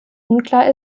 unklar